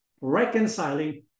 reconciling